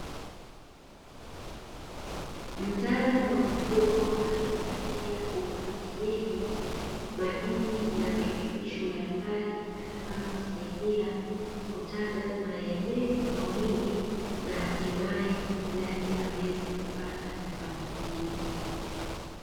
Mtaalamau wa mifugo akiwapatia kuku kienyeji madini na virutubisho mbalimbali, zitakazowasaidia kutaga mayai mengi kwa wingi na hatimaye mfugaji aweze kupata vifaranga vingi.